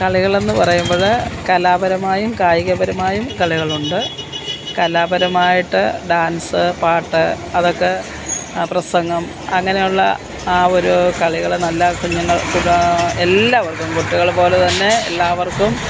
കളികളെന്ന് പറയുമ്പോൾ കലാപരമായും കായികപരമായും കളികളുണ്ട് കലാപരമായിട്ട് ഡാൻസ് പാട്ട് അതൊക്കെ പ്രസംഗം അങ്ങനെ ഉള്ള ആ ഒരു കളികൾ നല്ല കുഞ്ഞുങ്ങൾ എല്ലാവർക്കും കുട്ടികളെ പോലെ തന്നെ എല്ലാവർക്കും